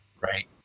Right